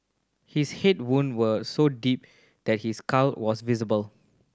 his head wound were so deep that his skull was visible